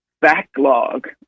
backlog